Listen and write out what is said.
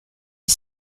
est